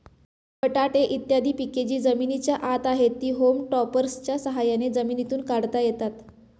बटाटे इत्यादी पिके जी जमिनीच्या आत आहेत, ती होम टॉपर्सच्या साह्याने जमिनीतून काढता येतात